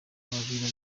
abajura